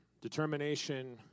Determination